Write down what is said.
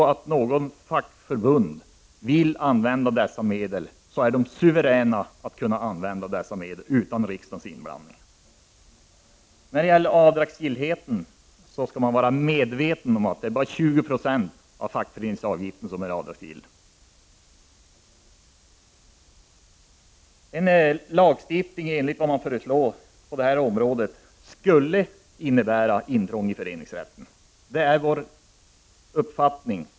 Vill något fackförbund använda dessa medel är de suveräna att göra detta utan riksdagens inblandning. Man skall vara medveten om att det bara är 20 76 av fackföreningsavgiften som är avdragsgill. En lagstiftning i enlighet med det som föreslås på detta område skulle innebära intrång i föreningsrätten. Det är vår uppfattning.